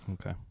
Okay